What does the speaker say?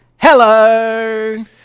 Hello